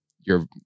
your-